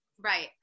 Right